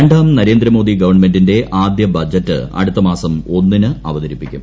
രണ്ടാം നരേന്ദ്രമോദി ഗവൺമെന്റിന്റെ ആദ്യ ബജറ്റ് അടുത്ത മാസം ഒന്നിന് അവതരിപ്പിക്കും